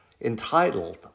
entitled